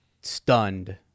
stunned